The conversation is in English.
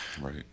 right